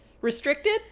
restricted